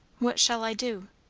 what shall i do?